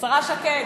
השרה שקד.